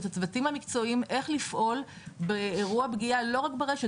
ואת הצוותים המקצועיים איך לפעול באירוע פגיעה לא רק ברשת,